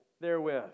therewith